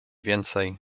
więcej